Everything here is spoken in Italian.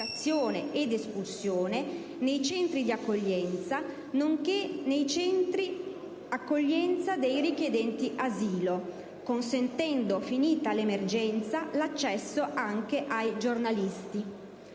ed espulsione, nei Centri di accoglienza nonché nei Centri accoglienza dei richiedenti asilo, consentendo, finita l'emergenza, l'accesso anche ai giornalisti